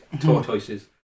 tortoises